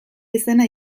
izena